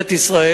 לשאול: